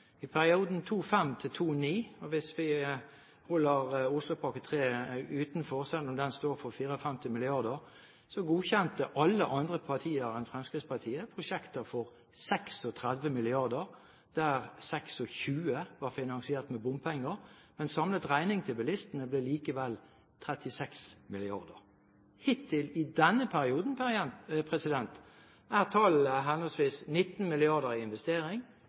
I perioden 2005–2009 – hvis vi holder Oslopakke 3 utenfor, selv om den står for 54 mrd. kr – godkjente alle partier, bortsett fra Fremskrittspartiet, prosjekter for 36 mrd. kr, der 26 mrd. kr var finansiert med bompenger, men samlet regning til bilistene ble likevel 36 mrd. kr. Hittil i denne perioden er tallene henholdsvis 19 mrd. kr i investering,